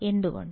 എന്തുകൊണ്ട്